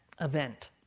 event